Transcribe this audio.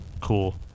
cool